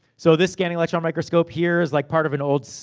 so, this scanning electron microscope here, is like part of an old.